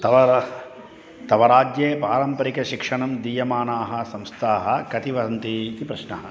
तव तव राज्ये पारम्परिकशिक्षणं दीयमानाः संस्थाः कति भवन्ति इति प्रश्नः